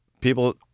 people